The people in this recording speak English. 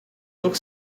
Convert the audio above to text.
look